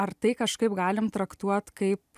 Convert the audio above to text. ar tai kažkaip galim traktuot kaip